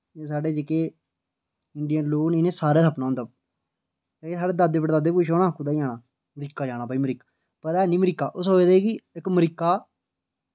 एह् साढ़े जेह्के इंडिय लोक न इनें सारें दा सपना होंदा ते साढ़े दादे पड़दादे पुच्छो ना कुत्थै जाना अमरीका जाना भाई अमरीका पता है निं अमरीका ओह् सोचदे कि इक अमरीका